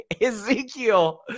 Ezekiel